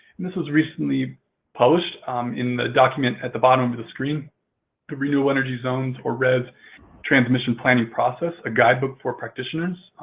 and this was recently posted in the document at the bottom of the screen the renewable energy zone or rez transmission planning process a guidebook for practitioners.